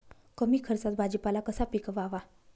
कमी खर्चात भाजीपाला कसा पिकवावा?